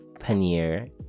paneer